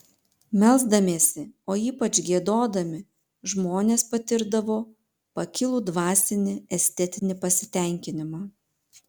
melsdamiesi o ypač giedodami žmonės patirdavo pakilų dvasinį estetinį pasitenkinimą